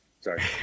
Sorry